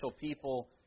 people